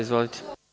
Izvolite.